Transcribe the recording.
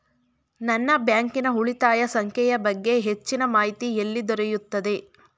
ನನ್ನ ಬ್ಯಾಂಕಿನ ಉಳಿತಾಯ ಸಂಖ್ಯೆಯ ಬಗ್ಗೆ ಹೆಚ್ಚಿನ ಮಾಹಿತಿ ಎಲ್ಲಿ ದೊರೆಯುತ್ತದೆ?